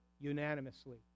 unanimously